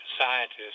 scientists